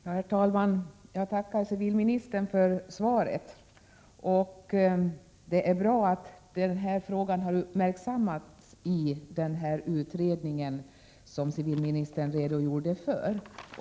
Herr talman! Jag tackar civilministern för svaret. Det är bra att denna fråga har uppmärksammats i den utredning som civilministern redogjorde för.